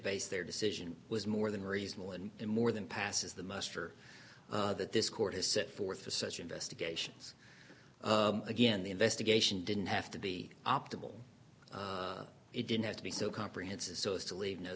base their decision was more than reasonable and more than passes the muster that this court has set forth for such investigations again the investigation didn't have to be optimal it didn't have to be so comprehensive so as to leave no